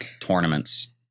tournaments